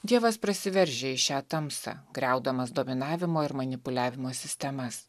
dievas prasiveržia į šią tamsą griaudamas dominavimo ir manipuliavimo sistemas